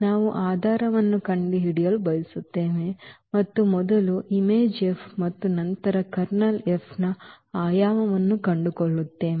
ನಾವು ಆಧಾರವನ್ನು ಕಂಡುಹಿಡಿಯಲು ಬಯಸುತ್ತೇವೆ ಮತ್ತು ಮೊದಲು ಮತ್ತು ನಂತರ ನ ಆಯಾಮವನ್ನು ಕಂಡುಕೊಳ್ಳುತ್ತೇವೆ